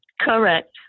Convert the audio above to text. Correct